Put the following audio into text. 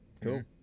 cool